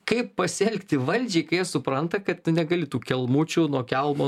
kaip pasielgti valdžiai kai jie supranta kad tu negali tų kelmučių nuo kelmo